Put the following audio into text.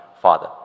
father